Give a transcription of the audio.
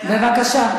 בבקשה.